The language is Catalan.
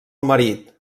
marit